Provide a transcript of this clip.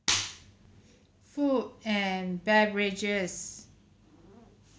food and beverages